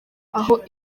aho